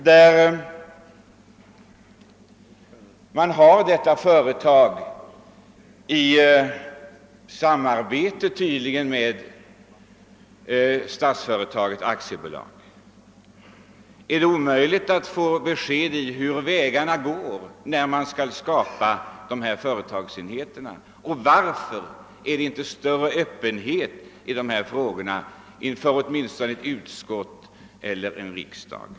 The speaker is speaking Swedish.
Detta företag drivs tydligen i samarbete med Statsföretag AB. är det omöjligt att få besked om vilka vägar man går när man skapar sådana företagsenheter, och varför visas inte större öppenhet i de här frågorna åtminstone inför ett utskott eller inför kamrarna?